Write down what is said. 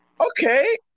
okay